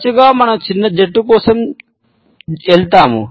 తరచుగా మనం చిన్న జట్టు కోసం వెళ్తాము